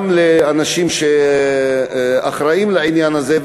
גם לאנשים שאחראים לעניין הזה,